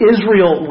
Israel